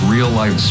Real-life